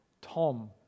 Tom